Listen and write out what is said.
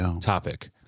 topic